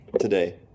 today